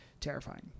terrifying